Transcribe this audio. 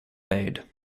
maid